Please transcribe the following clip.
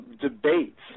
debates